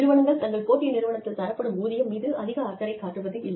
நிறுவனங்கள் தங்கள் போட்டி நிறுவனத்தில் தரப்படும் ஊதியம் மீது அதிக அக்கறை காட்டுவதில்லை